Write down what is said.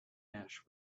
ash